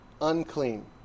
unclean